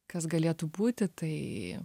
kas galėtų būti tai